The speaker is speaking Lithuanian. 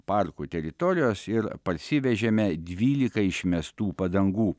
parkų teritorijos ir parsivežėme dvylika išmestų padangų